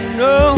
no